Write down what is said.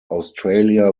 australia